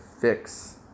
fix